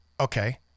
Okay